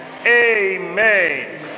Amen